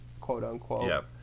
quote-unquote